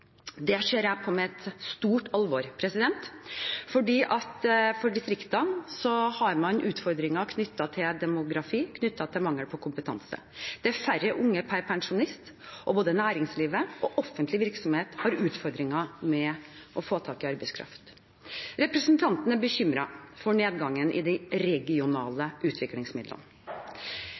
Det ser jeg på med stort alvor, for i distriktene har man utfordringer knyttet til demografi og mangel på kompetanse. Det er færre unge per pensjonist, og både næringslivet og offentlig virksomhet har utfordringer med å få tak i arbeidskraft. Representanten er bekymret for nedgangen i de regionale utviklingsmidlene.